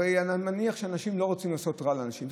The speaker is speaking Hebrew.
הרי אני מניח שאנשים לא רוצים לעשות רע לאנשים,